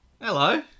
Hello